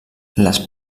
les